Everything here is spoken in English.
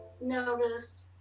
noticed